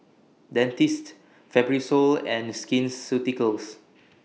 Dentiste Fibrosol and Skin Ceuticals